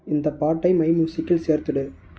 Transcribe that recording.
இந்த பாட்டை மை மியூசிக்கில் சேர்த்துவிடு